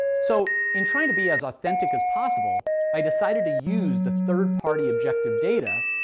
so in trying to be as authentic as possible, i decided to use the third-party objective data,